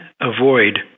avoid